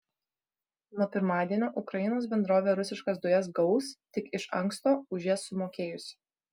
nuo pirmadienio ukrainos bendrovė rusiškas dujas gaus tik iš anksto už jas sumokėjusi